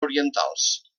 orientals